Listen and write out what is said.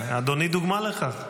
אדוני דוגמה לכך.